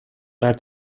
naar